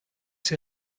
ces